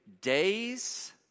days